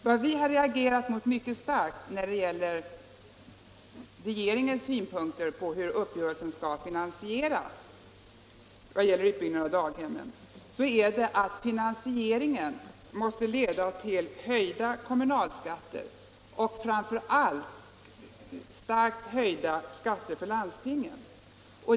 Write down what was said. Vad vi har reagerat mycket starkt mot när det gäller regeringens synpunkter på hur uppgörelsen om utbyggnaden av daghemmen skall finansieras är att finansieringen måste leda till höjda kommunalskatter och framför allt till starkt höjda skatter för landstingen.